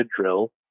drill